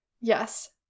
Yes